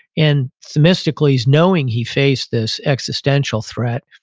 and themistocles is knowing he faced this existential threat.